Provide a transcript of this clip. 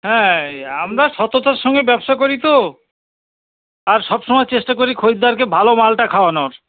হ্যাঁ এ আমরা সততার সঙ্গে ব্যবসা করি তো আর সব সময় চেষ্টা করি খরিদ্দারকে ভালো মালটা খাওয়ানোর